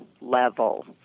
level